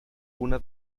una